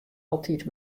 altyd